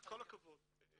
כל הכבוד.